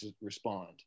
respond